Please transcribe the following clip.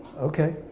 okay